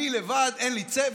אני לבד, אין לי צוות.